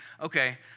okay